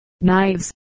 knives